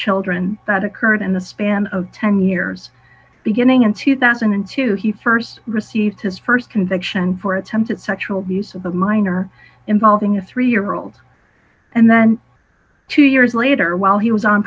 children that occurred in the span of ten years beginning in two thousand and two he st received his st conviction for attempted sexual abuse of a minor involving a three year old and then two years later while he was on